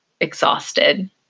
exhausted